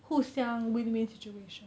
互相 win win situation